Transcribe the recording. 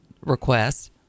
request